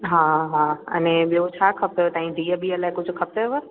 हा हा अने ॿियो छा खपेव तव्हांजी धीअ बीअ लाइ कुझु खपेव